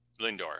Lindor